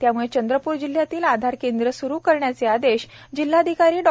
त्याम्ळे चंद्रप्र जिल्ह्यातील आधार केंद्र स्रू करण्याचे आदेश जिल्हाधिकारी डॉ